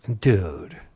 Dude